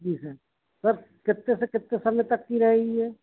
ठीक है बस कितने से कितने समय तक की रहेगी ये